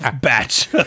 batch